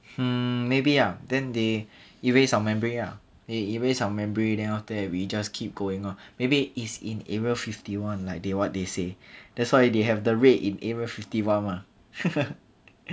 hmm maybe ah then they erase our memory ah they erase our memory then after that we just keep going lor maybe is in area fifty one like they what they say that's why they have the raid in area fifty one mah